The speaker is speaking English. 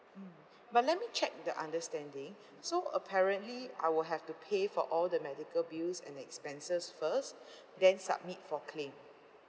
mm but let me check the understanding so apparently I will have to pay for all the medical bills and expenses first then submit for claim